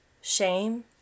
shame